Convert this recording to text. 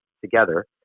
together